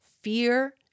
Fear